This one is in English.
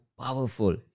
powerful